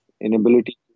inability